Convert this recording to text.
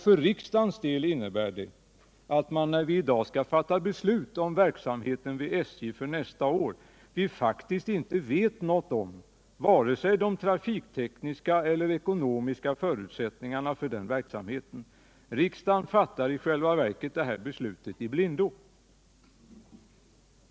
För riksdagens del innebär det att vi, när vi i dag skall fatta beslut om verksamheten vid SJ för nästa år, faktiskt inte vet något om vare sig de trafiktekniska eller de ekonomiska förutsättningarna för den verksamheten. Riksdagen fattar i själva verket beslut i blindo.